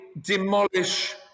demolish